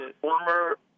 former